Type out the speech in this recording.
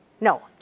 No